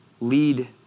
lead